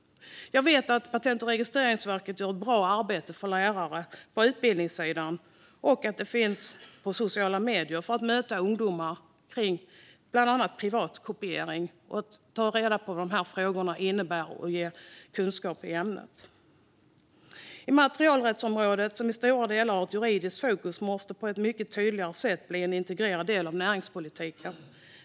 Jag vet att Patent och registreringsverket gör ett bra arbete för lärare på utbildningssidan och att de finns på sociala medier för att möta ungdomar kring frågor om bland annat piratkopiering. Det handlar om att ta reda på vad dessa frågor innebär och om att ge kunskap i ämnet. Immaterialrättsområdet, som i stora delar har ett juridiskt fokus, måste på ett mycket tydligare sätt bli en integrerad del av näringspolitiken.